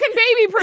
like baby but